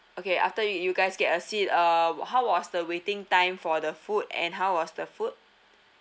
okay after you you guys get a seat uh what how was the waiting time for the food and how was the food